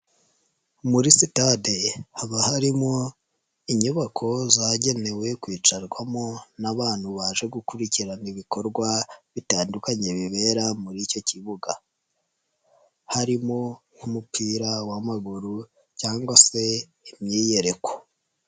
Muri sitade haba harimo inyubako zagenewe kwicarwamo n'abantu baje gukurikirana ibikorwa bitandukanye bibera muri icyo kibuga, harimo nk'umupira w'amaguru cyangwa se imyiyereko.